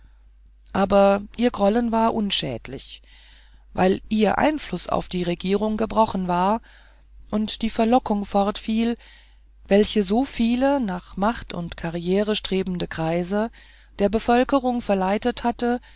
aber ihr grollen war unschädlich weil ihr einfluß auf die regierung gebrochen war und die verlockung fortfiel welche so viele nach macht und karriere strebende kreise der bevölkerung verleitet hatte